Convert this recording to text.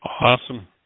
Awesome